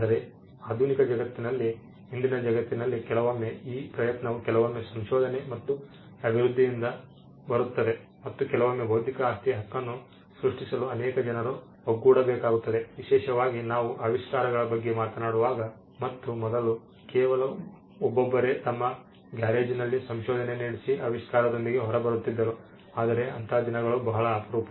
ಆದರೆ ಆಧುನಿಕ ಜಗತ್ತಿನಲ್ಲಿ ಇಂದಿನ ಜಗತ್ತಿನಲ್ಲಿ ಕೆಲವೊಮ್ಮೆ ಈ ಪ್ರಯತ್ನವು ಕೆಲವೊಮ್ಮೆ ಸಂಶೋಧನೆ ಮತ್ತು ಅಭಿವೃದ್ಧಿಯಿಂದ ಬರುತ್ತದೆ ಮತ್ತು ಕೆಲವೊಮ್ಮೆ ಬೌದ್ಧಿಕ ಆಸ್ತಿ ಹಕ್ಕನ್ನು ಸೃಷ್ಟಿಸಲು ಅನೇಕ ಜನರು ಒಗ್ಗೂಡಬೇಕಾಗುತ್ತದೆ ವಿಶೇಷವಾಗಿ ನಾವು ಆವಿಷ್ಕಾರಗಳ ಬಗ್ಗೆ ಮಾತನಾಡುವಾಗ ಮತ್ತು ಮೊದಲು ಕೇವಲ ಒಬ್ಬೊಬ್ಬರೇ ತಮ್ಮ ಗ್ಯಾರೇಜ್ನಲ್ಲಿ ಸಂಶೋಧನೆ ನಡೆಸಿ ಆವಿಷ್ಕಾರದೊಂದಿಗೆ ಹೊರಬರುತ್ತಿದ್ದರು ಆದರೆ ಅಂತಹ ದಿನಗಳು ಬಹಳ ಅಪರೂಪ